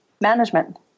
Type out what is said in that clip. management